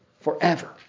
forever